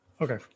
okay